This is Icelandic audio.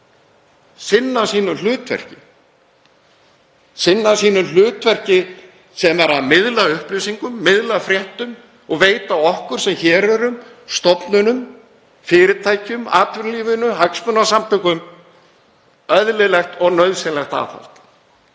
sinna sínu hlutverki sem er að miðla upplýsingum, miðla fréttum og veita okkur sem hér erum, stofnunum, fyrirtækjum, atvinnulífinu, hagsmunasamtökum, eðlilegt og nauðsynlegt aðhald.